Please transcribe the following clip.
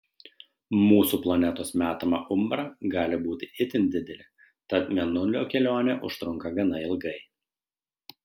mūsų planetos metama umbra gali būti itin didelė tad mėnulio kelionė užtrunka gana ilgai